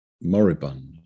moribund